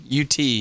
UT